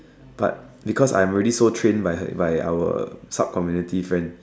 but because I'm already so trained by her by our subcommunity friend